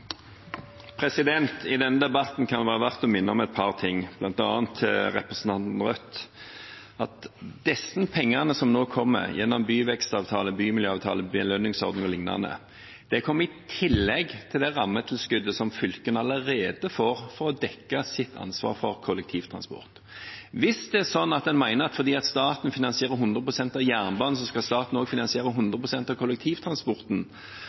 I denne debatten kan det være verdt å minne om et par ting, bl.a. til representanten fra Rødt, og det er at disse pengene som nå kommer gjennom byvekstavtale, bymiljøavtale, belønningsordning o.l., kommer i tillegg til det rammetilskuddet som fylkene allerede får for å dekke sitt ansvar for kollektivtransport. Hvis en mener at fordi staten finansierer 100 pst. av jernbanen, skal staten også finansiere 100 pst. av kollektivtransporten,